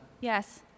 Yes